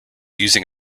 using